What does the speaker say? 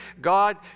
God